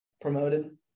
promoted